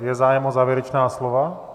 Je zájem o závěrečná slova?